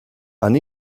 and